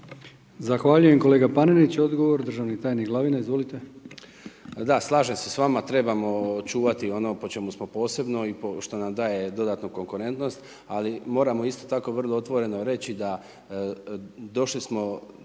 Zahvaljujem kolega Panenić. Odgovor državni tajnik Glavina. **Glavina, Tonči** Da, slažem se s vama, trebamo čuvati ono po čemu smo posebno i što nam daje dodatno konkurentnost, ali moramo isto tako vrlo otvoreno reći da, došli smo,